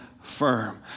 firm